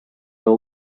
all